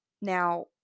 Now